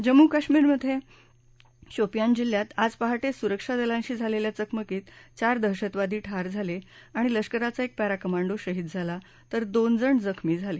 जम्मू कश्मीरमध्ये शोपियान जिल्ह्यात आज पहाटे सुरक्षा दलांशी झालेल्या चकमकीत चार दहशतवादी ठार झाले आणि लष्कराचा एक पॅरा कमांडो शहीद झाला तर दोनजण जखमी झाले